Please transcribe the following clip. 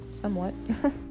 somewhat